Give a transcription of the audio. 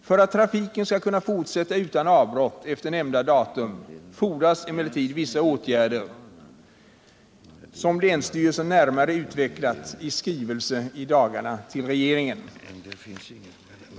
För att trafiken skall kunna fortsätta utan avbrott efter nämnda datum fordras emellertid vissa åtgärder, som länsstyrelsen närmare utvecklat i skrivelse till regeringen i dagarna.